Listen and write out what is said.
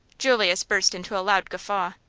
julius burst into a loud guffaw.